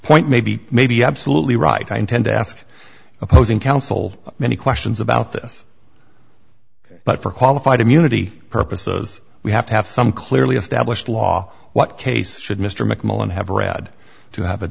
point may be may be absolutely right i intend to ask opposing counsel many questions about this but for qualified immunity purposes we have to have some clearly established law what case should mr mcmillan have